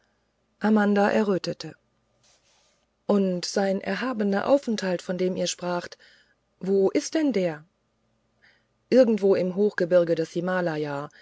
amanda errötete und sein erhabener aufenthalt von dem ihr spracht wo ist denn der irgendwo im hochgebirge des himalaya